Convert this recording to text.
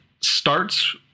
starts